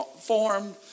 formed